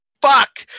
Fuck